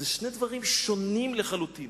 אלה שני דברים שונים לחלוטין.